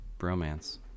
bromance